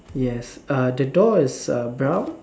yes uh the door is uh brown